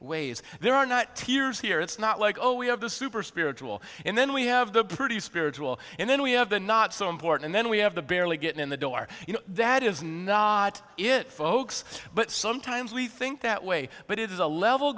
ways there are not tears here it's not like oh we have the super spiritual and then we have the pretty spiritual and then we have the not so important then we have to barely get in the door you know that is not it folks but sometimes we think that way but it is a level